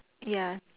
ya